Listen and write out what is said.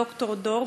ד"ר דור,